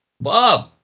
Bob